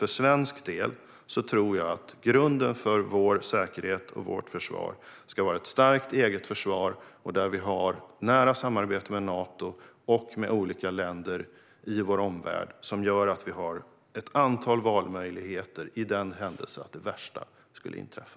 För svensk del tror jag däremot att grunden för vår säkerhet och för vårt försvar ska vara ett starkt eget försvar, där vi har nära samarbete med Nato och med olika länder i vår omvärld som gör att vi har ett antal valmöjligheter för den händelse att det värsta skulle inträffa.